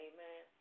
Amen